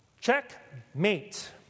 Checkmate